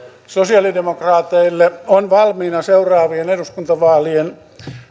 sosialidemokraateille on valmiina seuraavien eduskuntavaalien